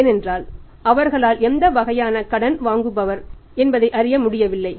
ஏனென்றால் அவர்களால் அவர் எந்த வகையான கடன் வாங்குபவர் என்பதை அறிய முடியவில்லை